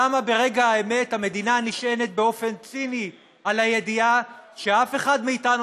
למה ברגע האמת המדינה נשענת באופן ציני על הידיעה שאף אחד מאיתנו